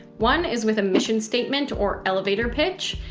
one is with a mission statement or elevator pitch.